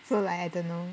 so like I don't know